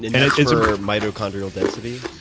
and that's for mitochondrial density?